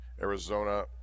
Arizona